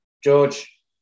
George